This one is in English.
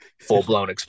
full-blown